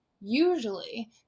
usually